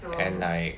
and like